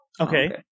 Okay